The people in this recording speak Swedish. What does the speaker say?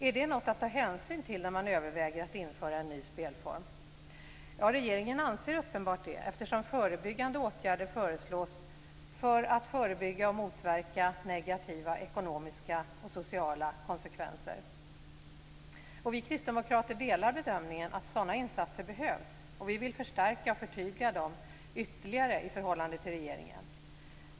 Är detta något att ta hänsyn till när man överväger att införa en ny spelform? Ja, regeringen anser uppenbart det, eftersom åtgärder föreslås för att förebygga och motverka negativa ekonomiska och sociala konsekvenser. Vi kristdemokrater delar bedömningen att sådana insatser behövs, och vi vill förstärka och förtydliga dem ytterligare i förhållande till regeringen.